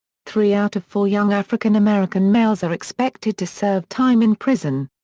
three out of four young african american males are expected to serve time in prison.